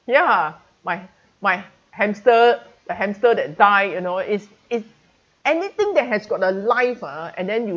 ya my my hamster a hamster that died you know it's it's anything that has got the life ah and then you